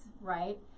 right